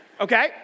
Okay